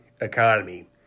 economy